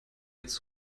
jetzt